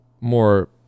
more